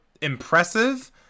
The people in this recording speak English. impressive